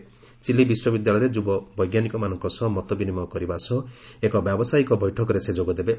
ସେ ଚିଲି ବଶ୍ୱବିଦ୍ୟାଳୟରେ ଯୁବ ବୈଜ୍ଞାନିକମାନଙ୍କ ସହ ମତ ବିନିମୟ କରିବା ସହ ଏକ ବ୍ୟାବସାୟିକ ବୈଠକରେ ସେ ଯୋଗଦେବେ